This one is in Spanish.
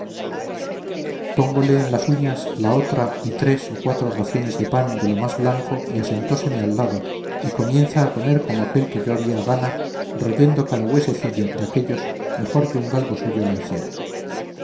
en las uñas la otra y tres o cuatro raciones de pan de lo más blanco y asentóseme al lado y comienza a comer como aquel que lo había gana royendo cada huesecillo de aquéllos mejor que un galgo suyo lo hiciera